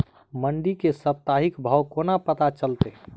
मंडी केँ साप्ताहिक भाव कोना पत्ता चलतै?